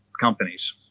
companies